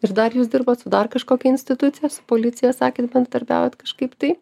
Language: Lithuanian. ir dar jūs dirbat su dar kažkokia institucija su policija sakėt bendradarbiaujat kažkaip tai